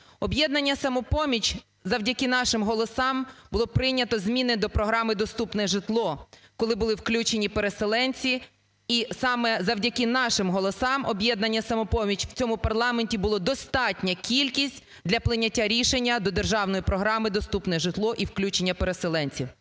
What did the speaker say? "Об'єднання "Самопоміч", завдяки нашим голосам було прийнято зміни до програми "Доступне житло", коли були включені переселенці. І саме завдяки нашим голосам, "Об'єднання "Самопоміч", в цьому парламенті було достатня кількість для прийняття рішення до Державної програми "Доступне житло" і включення переселенців.